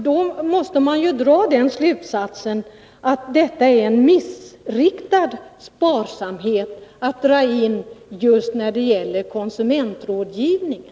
Då måste man dra den slutsatsen att det är missriktad sparsamhet att dra in på just konsumentrådgivningen.